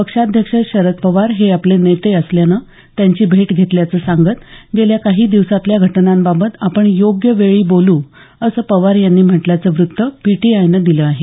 पक्षाध्यक्ष शरद पवार हे आपले नेते असल्यानं त्यांची भेट घेतल्याचं सांगत गेल्या काही दिवसातल्या घटनांबाबत आपण योग्य वेळी बोलू असं पवार यांनी म्हटल्याचं वृत्त पीटीआयनं दिलं आहे